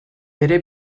bere